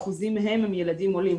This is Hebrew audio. כ-17% מהם הם ילדים עולים.